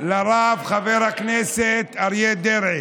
השר פריג',